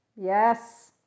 Yes